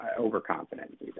overconfident